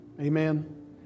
Amen